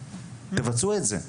אז תבצעו את זה,